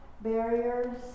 barriers